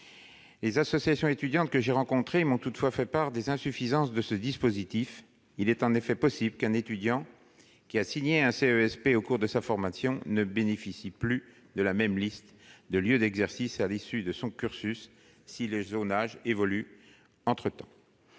Les associations étudiantes que j'ai rencontrées m'ont toutefois fait part des insuffisances de ce dispositif. Il est en effet possible qu'un étudiant ayant signé un CESP au cours de sa formation ne bénéficie plus de la même liste de lieux d'exercice à l'issue de son cursus si le zonage évolue entre-temps.